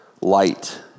light